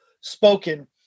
spoken